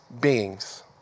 beings